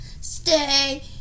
stay